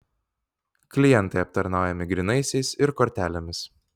klientai aptarnaujami grynaisiais ir kortelėmis